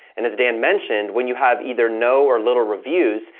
and as dan mentioned, when you have either no or little reviews,